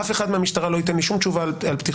אף אחד מהמשטרה לא ייתן לי שום תשובה על פתיחה